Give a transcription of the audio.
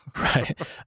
Right